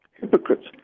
Hypocrites